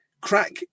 crack